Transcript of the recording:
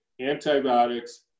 antibiotics